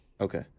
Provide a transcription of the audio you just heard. Okay